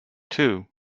too